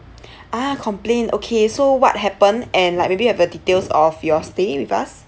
ah complaint okay so what happened and like maybe have a details of your stay with us